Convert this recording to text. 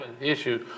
issue